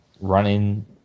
running